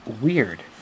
weird